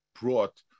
brought